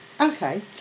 Okay